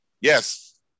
Yes